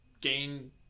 gain